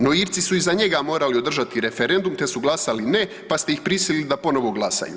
No, Irci su i za njega morali održati referendum te su glasali „ne“, pa ste ih prisilili da ponovno glasaju.